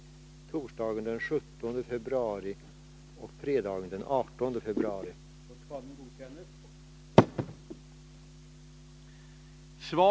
1. Ställer sig statsrådet Göransson bakom statssekreterarens önskemål om en politisering? 2.